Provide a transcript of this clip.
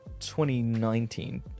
2019